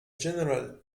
general